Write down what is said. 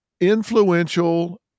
influential